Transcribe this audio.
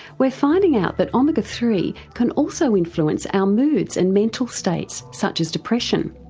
we're finding out that omega three can also influence our moods and mental states, such as depression.